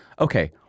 okay